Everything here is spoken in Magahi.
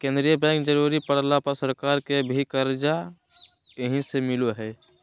केंद्रीय बैंक जरुरी पड़ला पर सरकार के भी कर्जा यहीं से मिलो हइ